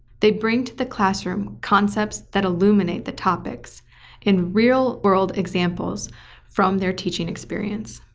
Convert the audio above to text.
they bring to the classroom concepts that illuminate the topics and real-world examples from their teaching experience.